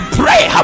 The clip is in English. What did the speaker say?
pray